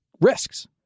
risks